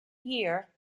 year